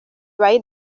ibaye